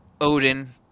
Odin